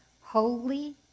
holy